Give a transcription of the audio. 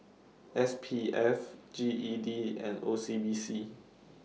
S P F G E D and O C B C